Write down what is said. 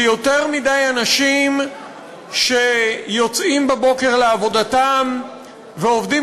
ויותר מדי אנשים שיוצאים בבוקר לעבודתם ועובדים